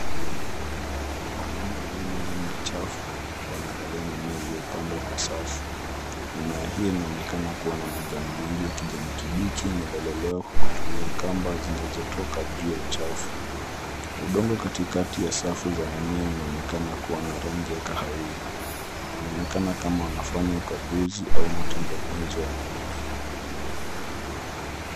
Wanaume wawili ndani ya chafu wanaangalia mimea iliyopandwa kwa safu. Mimea hiyo inaonekana kuwa na majani mengi ya kijani kibichi inalelewa kwa kutumia kamba zinazotoka juu ya chafu. Udongo katikati ya safu za mimea unaonekana kuwa na rangi ya kahawia. Inaonekana kama wanafanya ukaguzi au matengenezo ya mimea hiyo.